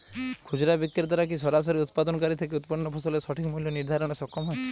খুচরা বিক্রেতারা কী সরাসরি উৎপাদনকারী থেকে উৎপন্ন ফসলের সঠিক মূল্য নির্ধারণে সক্ষম হয়?